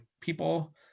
people